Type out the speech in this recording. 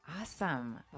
Awesome